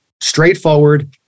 straightforward